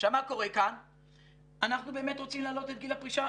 אנחנו באמת רוצים להעלות את גיל הפרישה,